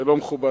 זה לא מכובד.